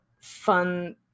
fun